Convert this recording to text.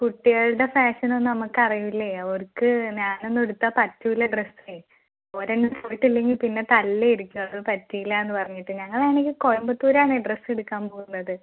കുട്ടികളുടെ ഫാഷനും നമുക്കറിയില്ലേ അവർക്ക് ഞാനൊന്നും എടുത്താൽ പറ്റില്ല ഡ്രസ്സേ അവരെ കൊണ്ടുപോയിട്ടില്ലെങ്കിൽ പിന്നെ തല്ലായിരിക്കും അത് പറ്റില്ല എന്ന് പറഞ്ഞിട്ട് ഞങ്ങൾ ആണെങ്കിൽ കോയമ്പത്തൂരാണേ ഡ്രസ്സ് എടുക്കാൻ പോവുന്നത്